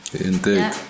Indeed